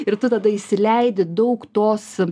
ir tu tada įsileidi daug tos